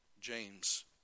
James